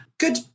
Good